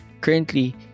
Currently